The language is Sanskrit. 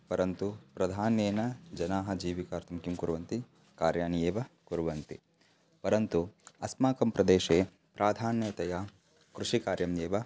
परन्तु प्राधान्येन जनाः जिविकार्थं किं कुर्वन्ति कार्याणि एव कुर्वन्ति परन्तु अस्माकं प्रदेशे प्राधान्यतया कृषिकार्यम् एव